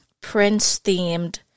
Prince-themed